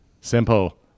simple